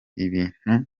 ibintu